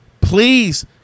please